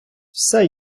все